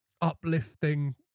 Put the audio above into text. uplifting